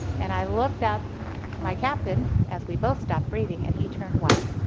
and i looked up to my captain, as we both stopped breathing and he turned white.